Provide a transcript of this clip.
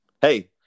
Hey